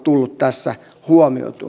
arvoisa puhemies